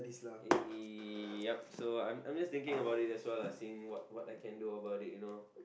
yep so I'm I'm just thinking about it that's why lah see what what I can do about it you know